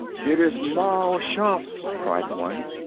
it is mal shaff! cried one.